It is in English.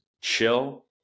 chill